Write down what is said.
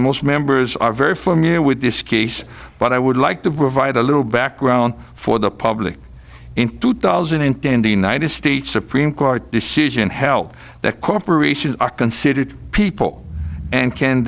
most members are very familiar with this case but i would like to provide a little background for the public in two thousand and dandy united states supreme court decision help that corporations are considered people and can